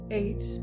eight